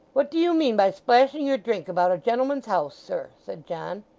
what do you mean by splashing your drink about a gentleman's house, sir said john.